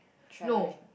travelling